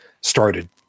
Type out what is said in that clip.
started